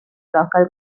local